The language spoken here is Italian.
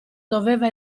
doveva